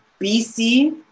BC